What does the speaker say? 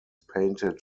painted